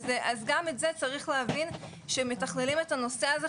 אז גם את זה צריך להבין שמתכללים את הנושא הזה,